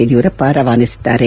ಯಡಿಯೂರಪ್ಪ ರವಾನಿಸಿದ್ದಾರೆ